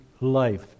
life